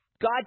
God